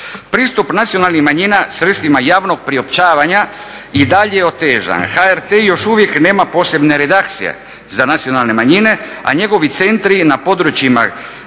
Pristup nacionalnih manjina sredstvima javnog priopćavanja i dalje je otežan. HRT još uvijek nema posebne redakcije za nacionalne manjine, a njegovi centri na područjima